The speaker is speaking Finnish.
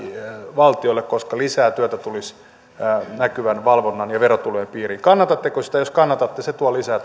valtiolle koska lisää työtä tulisi näkyvän valvonnan ja verotulojen piiriin kannatatteko sitä jos kannatatte se tuo lisää